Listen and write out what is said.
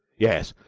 yes,